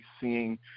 seeing